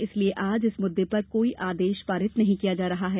इसलिए आज इस मुद्दें पर कोई आदेश पारित नहीं किया जा रहा है